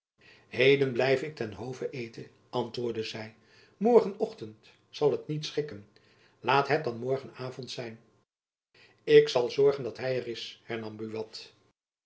heden blijf ik ten hove eten antwoordde zy morgen ochtend zal het niet schikken laat het dan morgen avond zijn ik zal zorgen dat hy er is hernam